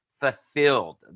fulfilled